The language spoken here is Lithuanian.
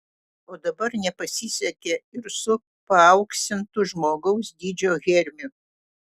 o dabar nepasisekė ir su paauksintu žmogaus dydžio hermiu